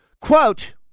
Quote